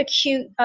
acute